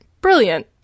Brilliant